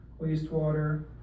wastewater